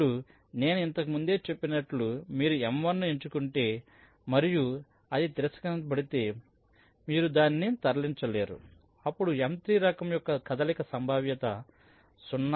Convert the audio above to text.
ఇప్పుడు నేను ఇంతకు ముందే చెప్పినట్లు మీరు M1 ను ఎంచుకుంటే మరియు అది తిరస్కరించబడితే అంటే మీరు దానిని తరలించలేరు అప్పుడు M3 రకం యొక్క కదలిక సంభావ్యత 0